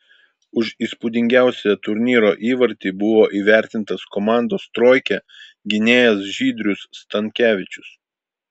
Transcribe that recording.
už įspūdingiausią turnyro įvartį buvo įvertintas komandos troikė gynėjas žydrius stankevičius